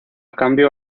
cambio